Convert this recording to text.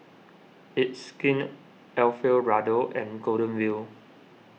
It's Skin Alfio Raldo and Golden Wheel